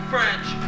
French